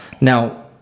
Now